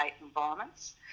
environments